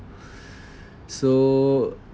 so